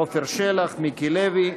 עפר שלח, מיקי לוי,